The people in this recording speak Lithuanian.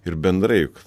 ir bendrai juk